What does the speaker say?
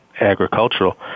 agricultural